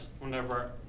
whenever